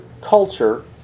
culture